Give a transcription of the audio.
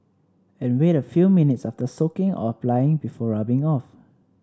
and wait a few minutes after soaking or applying before rubbing off